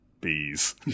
bees